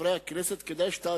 הרעיון היה להקים קרן מ-5% קרן לטובת